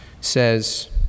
says